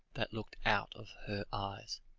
that looked out of her eyes,